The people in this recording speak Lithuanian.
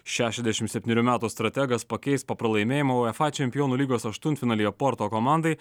šešiasdešimt septynerių metų strategas pakeis po pralaimėjimo uefą čempionų lygos aštuntfinalio porto komandai